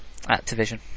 Activision